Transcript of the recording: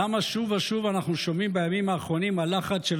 למה שוב ושוב אנחנו שומעים בימים האחרונים על לחץ של